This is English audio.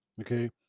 okay